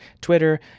Twitter